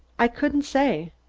i couldn't say.